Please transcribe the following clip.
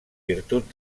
virtut